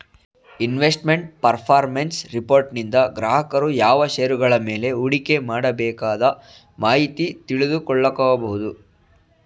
investment performance ರಿಪೋರ್ಟನಿಂದ ಗ್ರಾಹಕರು ಯಾವ ಶೇರುಗಳ ಮೇಲೆ ಹೂಡಿಕೆ ಮಾಡಬೇಕದ ಮಾಹಿತಿ ತಿಳಿದುಕೊಳ್ಳ ಕೊಬೋದು